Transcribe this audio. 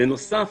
בנוסף,